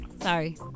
sorry